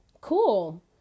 Cool